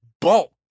bulk